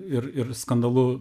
ir ir skandalu